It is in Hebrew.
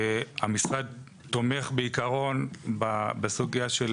המשרד תומך בעיקרון בסוגיה של